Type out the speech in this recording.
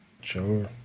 Sure